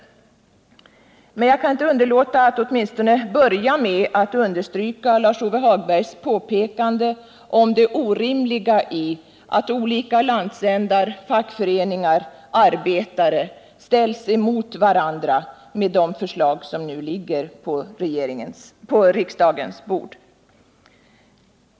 Jag kan emellertid inte underlåta att först understryka Lars-Ove Hagbergs påpekande om det orimliga i att olika landsändar, fackföreningar och arbetare ställs mot varandra med de förslag som nu ligger på riksdagens bord.